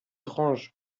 range